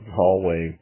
hallway